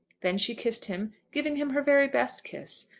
then she kissed him giving him her very best kiss.